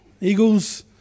Eagles